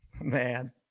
man